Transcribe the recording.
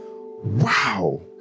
wow